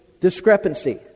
discrepancy